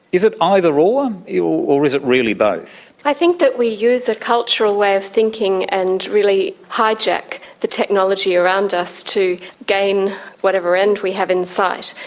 is it either ah or, or is it really both? i think that we use a cultural way of thinking and really hijack the technology around us to gain whatever end we have in sight.